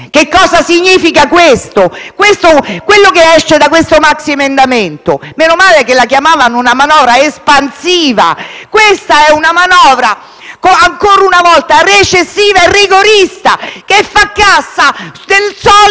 Che cosa significa questo? Questo è quello che esce da questo maxiemendamento. Menomale che la chiamavano una manovra espansiva: questa è una manovra ancora una volta recessiva e rigorista, che fa cassa nel solito